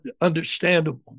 understandable